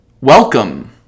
Welcome